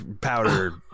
powder